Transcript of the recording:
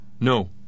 No